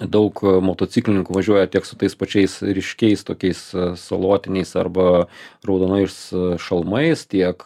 daug motociklininkų važiuoja tiek su tais pačiais ryškiais tokiais salotiniais arba raudonais šalmais tiek